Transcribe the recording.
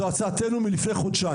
זאת הצעתנו מלפני חודשיים.